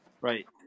right